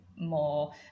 more